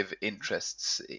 interests